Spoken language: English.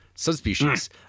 Subspecies